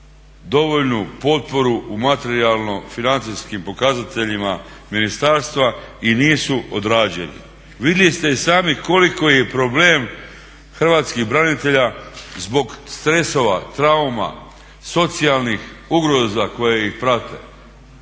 dovoljnu potporu u materijalno-financijskim pokazateljima ministarstva i nisu odrađeni. Vidjeli ste i sami koliki je problem hrvatskih branitelja zbog stresova, trauma, socijalnih ugroza koje ih prate.